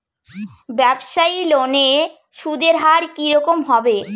ব্যবসায়ী লোনে সুদের হার কি রকম হবে?